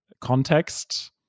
context